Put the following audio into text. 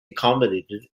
accommodated